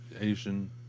Asian